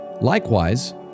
Likewise